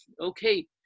okay